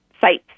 sites